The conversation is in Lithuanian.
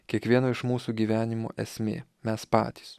kiekvieno iš mūsų gyvenimo esmė mes patys